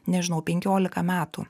nežinau penkiolika metų